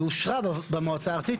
היא אושרה במועצה ארצית,